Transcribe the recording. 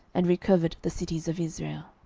and recovered the cities of israel.